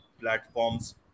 platforms